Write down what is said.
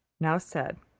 now said,